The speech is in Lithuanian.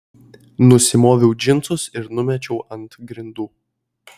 nusimoviau džinsus ir numečiau ant grindų